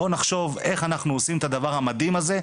בואו נחשוב איך אנחנו עושים את הדבר המדהים הזה,